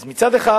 אז מצד אחד